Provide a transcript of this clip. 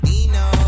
Dino